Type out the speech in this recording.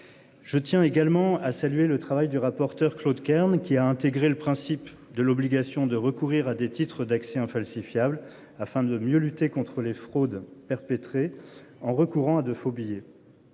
Je tiens également à saluer le travail du rapporteur Claude Kern qui a intégré le principe de l'obligation de recourir à des titres d'accès infalsifiable afin de mieux lutter contre les fraudes perpétrées en recourant à de faux billets.